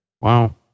Wow